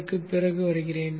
இதற்கு பிறகு வருகிறேன்